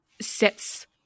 sets